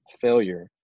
failure